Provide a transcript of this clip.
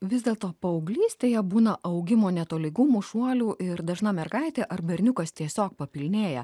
vis dėlto paauglystėje būna augimo netolygumų šuolių ir dažna mergaitė ar berniukas tiesiog papilnėja